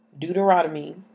Deuteronomy